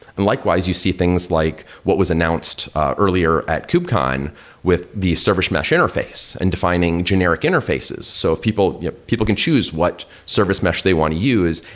and likewise, you see things like what was announced earlier at kubecon with the service mesh interface and defining generic interfaces. so people yeah people can choose what service mesh they want to use,